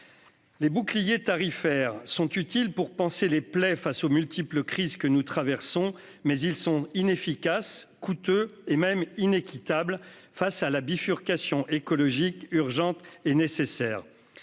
Les boucliers tarifaires sont utiles pour panser les plaies face aux multiples crises que nous traversons, mais ils sont inefficaces, coûteux et même inéquitables face à la bifurcation écologique, urgente et nécessaire.